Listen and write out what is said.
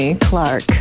Clark